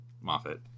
Moffat